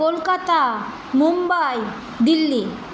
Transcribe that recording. Kolkata Mumbai Delhi